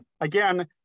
again